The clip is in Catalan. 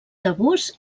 tabús